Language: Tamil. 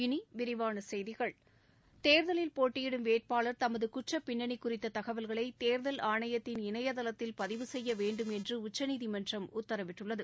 இனி விரிவான செய்திகள் தேர்தலில் போட்டியிடும் வேட்பாளர் தமது குற்றப்பின்னணி குறித்த தகவல்களை தேர்தல் ஆணையத்தின் இணையதளத்தில் பதிவு செய்ய வேண்டும் என்று உச்சநீதிமன்றம் உத்தரவிட்டுள்ளது